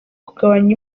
kugabanya